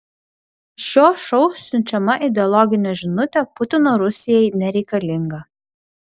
šio šou siunčiama ideologinė žinutė putino rusijai nereikalinga